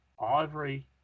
Ivory